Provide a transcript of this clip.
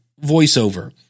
voiceover